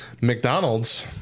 mcdonald's